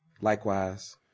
Likewise